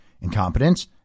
Incompetence